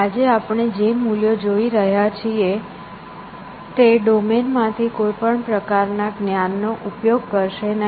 આજે આપણે જે મૂલ્યો જોઈ રહ્યા છીએ તે ડોમેન માંથી કોઈપણ પ્રકારનાં જ્ઞાન નો ઉપયોગ કરશે નહીં